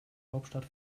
hauptstadt